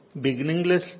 beginningless